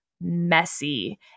messy